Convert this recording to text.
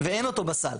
ואין אותו בסל.